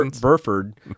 Burford